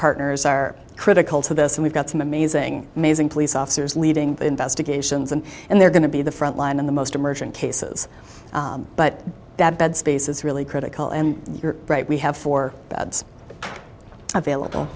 partners are critical to this and we've got some amazing amazing police officers leading the investigations and and they're going to be the front line in the most emergent cases but that bed space is really critical and you're right we have four beds available